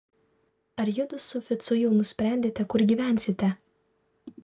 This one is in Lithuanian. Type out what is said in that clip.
ar judu su ficu jau nusprendėte kur gyvensite